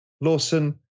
Lawson